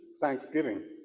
thanksgiving